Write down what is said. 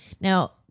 Now